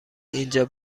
اینجا